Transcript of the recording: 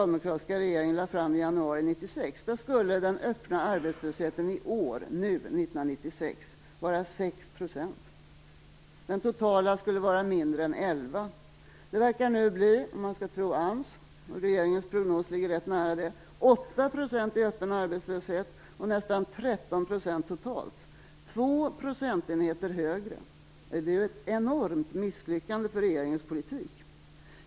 Den totala arbetslösheten skulle vara mindre än 11 %. Om man skall tro AMS, och regeringens prognos ligger rätt nära deras bedömning, verkar den nu bli två procentenheter högre. Det är ett enormt misslyckande för regeringens politik.